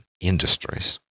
industries